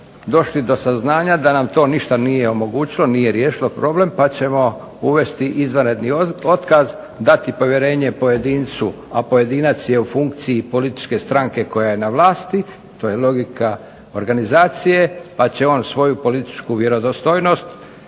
došli do saznanja da nam to ništa nije omogućilo, nije riješilo problem pa ćemo uvesti izvanredni otkaz, dati povjerenje pojedincu, a pojedinac je u funkciji političke stranke koja je na vlasti, to je logika organizacije, pa će on svoju političku vjerodostojnost